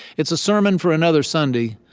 it's a sermon for another sunday,